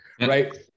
right